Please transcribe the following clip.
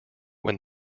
when